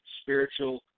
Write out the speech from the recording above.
spiritual